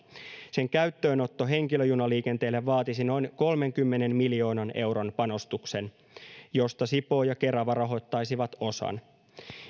sen käyttöönotto henkilöjunaliikenteelle vaatisi noin kolmenkymmenen miljoonan euron panostuksen josta sipoo ja kerava rahoittaisivat osan